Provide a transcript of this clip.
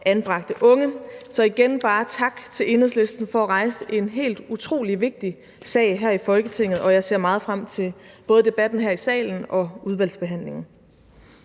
anbragte unge. Så igen bare tak til Enhedslisten for at rejse en helt utrolig vigtig sag her i Folketinget, og jeg ser meget frem til både debatten her i salen og udvalgsbehandlingen.